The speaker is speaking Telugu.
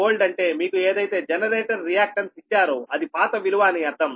Xg1old అంటే మీకు ఏదైతే జనరేటర్ రియాక్టన్స్ ఇచ్చారో అది పాత విలువ అని అర్థం